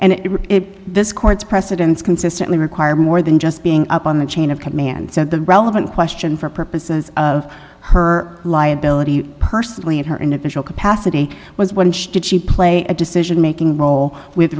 and it this court's precedents consistently require more than just being up on the chain of command so the relevant question for purposes of her liability personally and her in official capacity was when she did she play a decision making role with